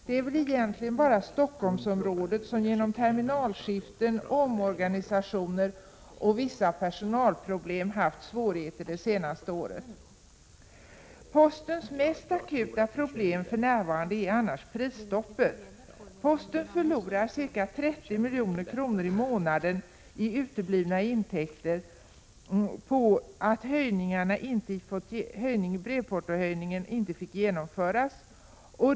Det är väl egentligen bara Stockholmsområdet som genom terminalskiften, omorganisationer och vissa personalproblem haft svårigheter det senaste året. Postens mest akuta problem för närvarande är annars prisstoppet. Posten förlorar ca 30 milj.kr. i månaden i uteblivna intäkter på grund av att brevportohöjningen inte fick genomföras.